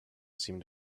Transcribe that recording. seemed